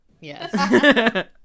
yes